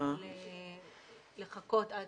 לחכות עד